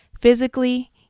physically